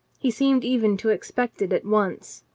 he seemed even to expect it at once.